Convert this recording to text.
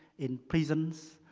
in prisons,